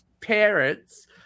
parents